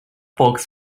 folks